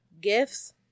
Gifts